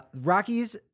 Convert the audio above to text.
Rockies